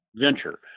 venture